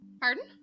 Pardon